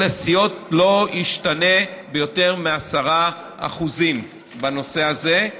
הסיעות לא ישתנה ביותר מ-10% בנושא הזה,